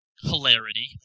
Hilarity